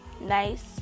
Nice